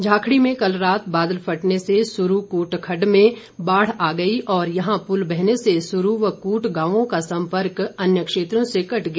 झाकड़ी में कल रात बादल फटने से सुरू कूट खड़ड में बाढ़ आ गई और यहां पुल बहने से सुरू व कूट गांवों का संपर्क अन्य क्षेत्रों से कट गया